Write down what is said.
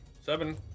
Seven